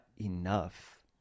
enough